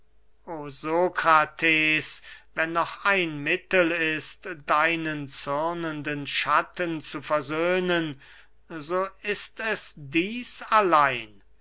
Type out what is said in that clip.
wenn noch ein mittel ist deinen zürnenden schatten zu versöhnen so ist es dieß allein